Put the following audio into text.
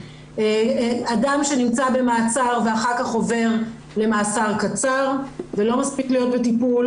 אדם שנמצא במעצר ואחר כך עובר למאסר קצר ולא מספיק להיות בטיפול,